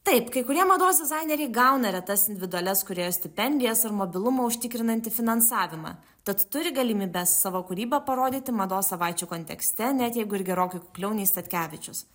taip kai kurie mados dizaineriai gauna retas individualias kūrėjų stipendijas ir mobilumą užtikrinantį finansavimą tad turi galimybes savo kūrybą parodyti mados savaičių kontekste net jeigu ir gerokai kukliau nei statkevičius